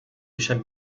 پیشم